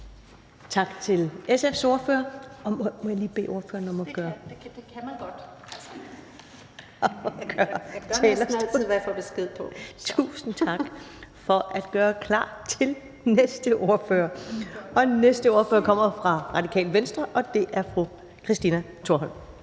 Tak til SF's ordfører. Må jeg lige bede ordføreren om at gøre talerstolen klar? Tusind tak for at gøre klar til næste ordfører, og næste ordfører kommer fra Radikale Venstre, og det er fru Christina Thorholm.